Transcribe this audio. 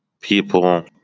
people